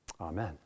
amen